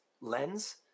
lens